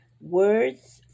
Words